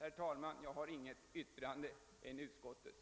Herr talman! Jag har inget annat yrkande än utskottets.